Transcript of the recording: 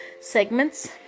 segments